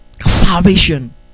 Salvation